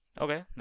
Okay